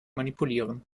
manipulieren